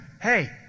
hey